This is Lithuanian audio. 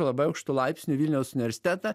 labai aukštu laipsniu vilniaus universitetą